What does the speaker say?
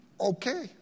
Okay